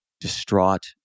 distraught